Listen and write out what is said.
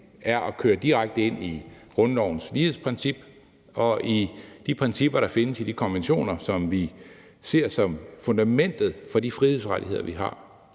er at køre direkte ind i grundlovens lighedsprincip og i de principper, der findes i de konventioner, som vi ser som fundamentet for de frihedsrettigheder, vi har.